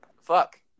Fuck